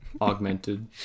augmented